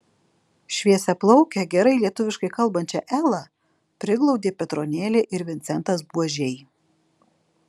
šviesiaplaukę gerai lietuviškai kalbančią elą priglaudė petronėlė ir vincentas buožiai